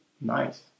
Nice